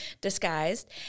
disguised